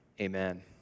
amen